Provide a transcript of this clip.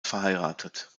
verheiratet